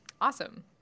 Awesome